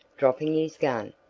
dropping his gun,